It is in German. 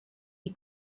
die